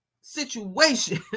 situation